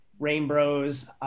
Rainbows